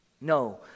No